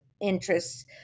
interests